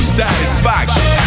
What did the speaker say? satisfaction